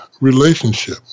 relationship